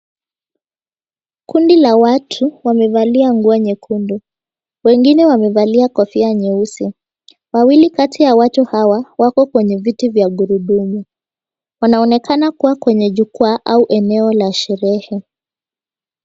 Kundi la watu wamevalia nguo nyekundu, wengine wamevalia kofia nyeusi. Wawili kati ya watu hawa wako kwenye viti vya gurudumu. Wanaonekana kuwa kwenye jukwaa au eneo la sherehe.